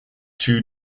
two